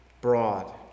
broad